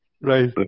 Right